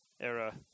era